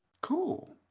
Cool